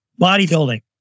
Bodybuilding